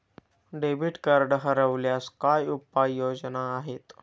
Debit card हरवल्यास काय उपाय योजना आहेत?